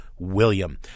William